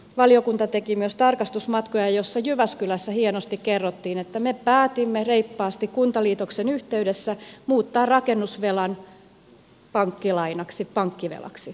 valiokunta teki myös tarkastusmatkoja joiden yhteydessä jyväskylässä hienosti kerrottiin että me päätimme reippaasti kuntaliitoksen yhteydessä muuttaa rakennusvelan pankkilainaksi pankkivelaksi